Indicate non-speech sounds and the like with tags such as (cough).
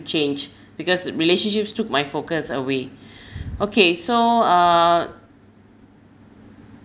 change because relationships took my focus away (breath) okay so uh